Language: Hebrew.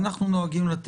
אנחנו מקיימים רק